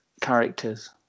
characters